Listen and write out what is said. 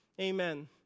Amen